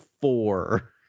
four